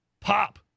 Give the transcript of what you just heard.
Pop